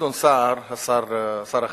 גדעון סער, שר החינוך,